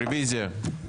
רביזיה.